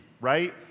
right